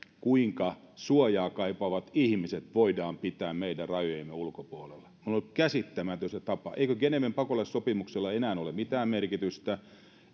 kuinka suojaa kaipaavat ihmiset voidaan pitää meidän rajojemme ulkopuolella minulle on käsittämätön se tapa eikö geneven pakolaissopimuksella enää ole mitään merkitystä